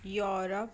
Europe